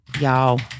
y'all